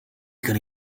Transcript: gonna